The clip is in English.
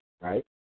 right